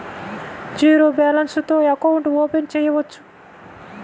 Zero balance తో account open చేయవచ్చు?